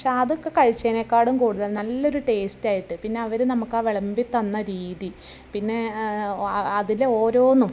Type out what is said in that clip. പക്ഷെ അതൊക്കെ കഴിച്ചതിനേക്കാളും കൂടുതൽ നല്ലൊരു ടേസ്റ്റായിട്ട് പിന്നെ അവർ നമുക്ക് ആ വിളമ്പിത്തന്ന രീതി പിന്നെ അതിലെ ഓരോന്നും